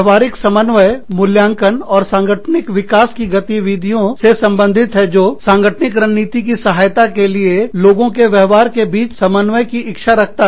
व्यवहारिक समन्वय मूल्यांकन और सांगठनिक विकास की गतिविधियों से संबंधित है जो सांगठनिक रणनीति की सहायता के लिए लोगों के व्यवहार के बीच समन्वय की इच्छा रखता है